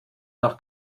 nach